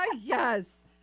Yes